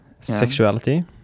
sexuality